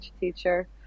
teacher